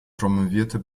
promovierte